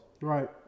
Right